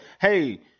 hey